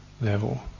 level